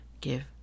give